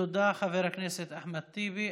תודה, חבר הכנסת אחמד טיבי.